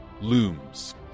looms